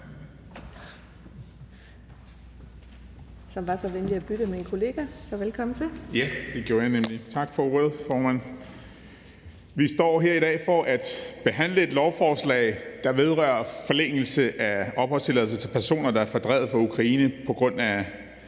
Vi står her i dag for at behandle et lovforslag, der vedrører forlængelse af opholdstilladelse til personer, der er fordrevet fra Ukraine på grund af